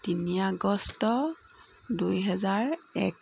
তিনি আগষ্ট দুই হেজাৰ এক